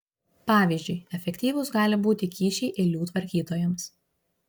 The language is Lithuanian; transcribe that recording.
pavyzdžiui efektyvūs gali būti kyšiai eilių tvarkytojams